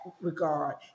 regard